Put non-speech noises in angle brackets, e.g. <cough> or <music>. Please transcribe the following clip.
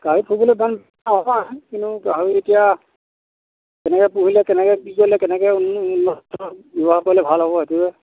গাহৰি পুহিবলৈ ভাল কিন্তু গাহৰি এতিয়া কেনেকৈ পুহিলে কেনেকৈ কি কৰিলে কেনেকৈ <unintelligible> ভাল হ'ব সেইটোহে